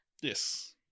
Yes